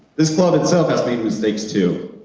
this club itself has made mistakes too.